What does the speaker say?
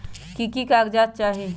की की कागज़ात चाही?